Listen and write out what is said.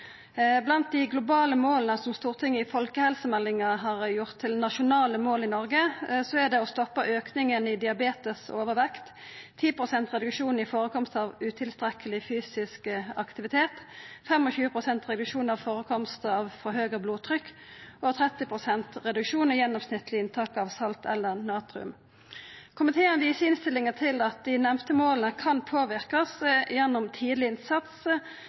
Blant dei globale måla som Stortinget i folkehelsemeldinga har gjort til nasjonale mål i Noreg, er det å stoppa auken i diabetes og overvekt, 10 pst. reduksjon i førekomsten av utilstrekkeleg fysisk aktivitet, 25 pst. reduksjon i førekomsten av forhøgja blodtrykk og 30 pst. reduksjon i det gjennomsnittlege inntaket av salt eller natrium. Komiteen viser i innstillinga til at dei nemnde måla kan påverkast gjennom tidleg innsats